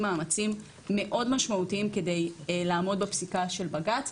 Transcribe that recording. מאמצים מאוד משמעותיים כדי לעמוד בפסיקה של בג"צ.